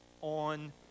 on